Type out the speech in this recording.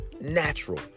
natural